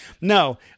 No